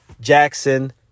Jackson